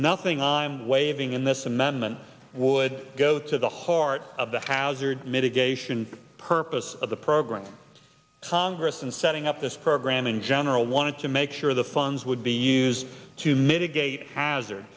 nothing i'm waving in this amendment would go to the heart of the house or mitigation purpose of the program congress and setting up this program in general wanted to make sure the funds would be used to mitigate hazard